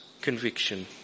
conviction